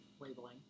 labeling